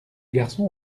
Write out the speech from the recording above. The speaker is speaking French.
garçon